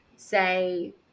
Say